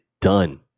done